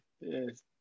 Yes